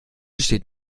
steht